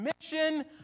Mission